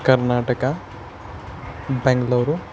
Karnataka Bengaluru